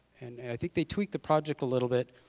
and i think they tweaked the project a little bit.